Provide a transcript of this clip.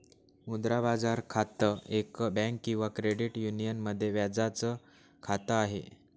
मुद्रा बाजार खातं, एक बँक किंवा क्रेडिट युनियन मध्ये व्याजाच खात आहे